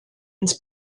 ins